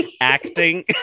Acting